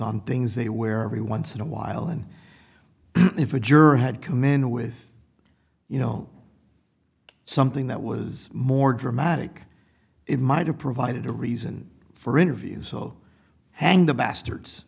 on things they where every once in a while and if a juror had command with you know something that was more dramatic it might have provided a reason for interview so hang the bastards